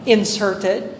Inserted